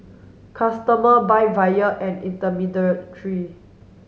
customer buy via an